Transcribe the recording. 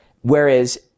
Whereas